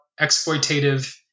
exploitative